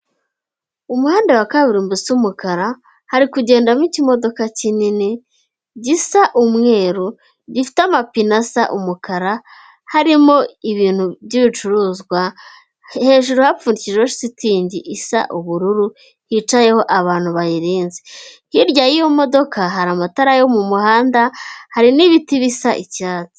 Umwenda wa kabirimbo use umukara, hari kugendamo ikimodoka kinini, gisa umweru, gifite amapine asa umukara, harimo ibintu by'ibicuruzwa, hejuru bapfundikijeho shitingi isa ubururu, hicayeho abantu bayirenze. Hirya y'iyo modoka hari amatara yo mu muhanda, hari n'ibiti bisa icyatsi.